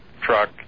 truck